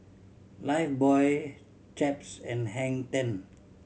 Lifebuoy Chaps and Hang Ten